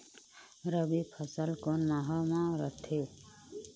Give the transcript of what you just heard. रबी फसल कोन माह म रथे?